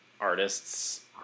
artists